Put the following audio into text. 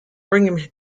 binghamton